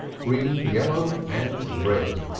green, yellow, and red.